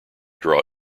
draw